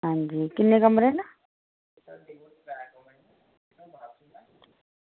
आं जी किन्ने कमरे न